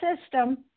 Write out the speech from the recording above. system